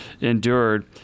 endured